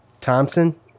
Thompson